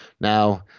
Now